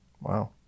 Wow